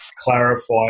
clarify